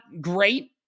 great